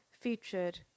featured